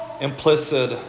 implicit